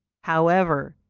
however,